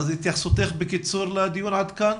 בבקשה, התייחסותך לדיון בקצרה.